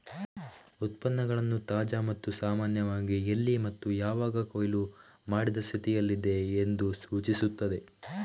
ಉತ್ಪನ್ನಗಳು ತಾಜಾ ಮತ್ತು ಸಾಮಾನ್ಯವಾಗಿ ಎಲ್ಲಿ ಮತ್ತು ಯಾವಾಗ ಕೊಯ್ಲು ಮಾಡಿದ ಸ್ಥಿತಿಯಲ್ಲಿದೆ ಎಂದು ಸೂಚಿಸುತ್ತದೆ